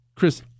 Chris